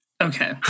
Okay